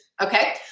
Okay